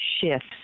shifts